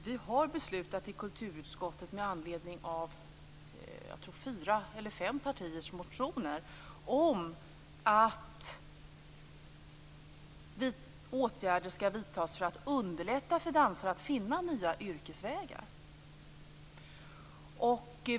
Vi har beslutat i kulturutskottet med anledning av fyra eller fem partiers motioner att åtgärder skall vidtas för att underlätta för dansare att finna nya yrkesvägar.